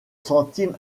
centimes